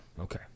Okay